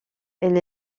elle